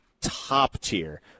top-tier